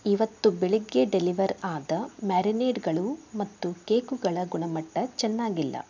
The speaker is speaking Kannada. ಇವತ್ತು ಬೆಳಿಗ್ಗೆ ಡೆಲಿವರ್ ಆದ ಮ್ಯಾರಿನೇಡ್ಗಳು ಮತ್ತು ಕೇಕುಗಳ ಗುಣಮಟ್ಟ ಚೆನ್ನಾಗಿಲ್ಲ